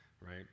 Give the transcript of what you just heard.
right